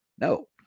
No